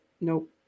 Nope